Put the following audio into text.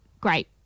great